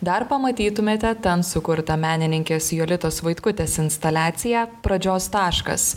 dar pamatytumėte ten sukurtą menininkės jolitos vaitkutės instaliaciją pradžios taškas